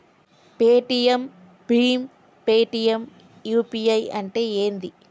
Paytm భీమ్ Paytm UPI అంటే ఏంది?